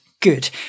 good